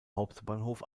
hauptbahnhof